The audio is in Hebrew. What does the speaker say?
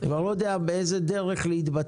אני כבר לא יודע באיזו דרך להתבטא.